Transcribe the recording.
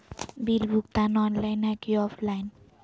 Bill भुगतान online है की ऑफलाइन?